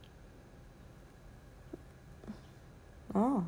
!wow!